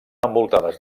envoltades